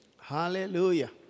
Hallelujah